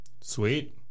Sweet